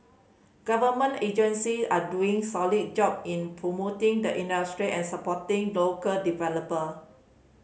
government agency are doing solid job in promoting the industry and supporting local developer